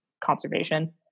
conservation